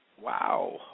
Wow